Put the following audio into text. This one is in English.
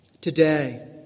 today